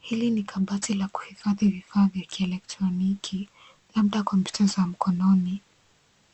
Hili ni kabati la kuhifadhi vifaa vya kielektroniki, labda kompyuta za mkononi,